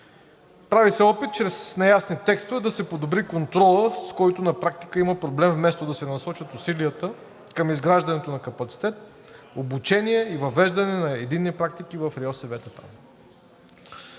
Прави се опит чрез неясни текстове да се подобри контролът, с който на практика има проблем, вместо да се насочат усилията към изграждането на капацитет, обучение и въвеждане на единни практики в РИОСВ.